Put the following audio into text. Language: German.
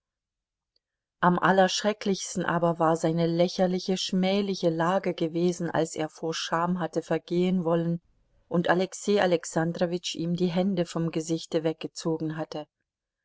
am allerschrecklichsten aber war seine lächerliche schmähliche lage gewesen als er vor scham hatte vergehen wollen und alexei alexandrowitsch ihm die hände vom gesichte weggezogen hatte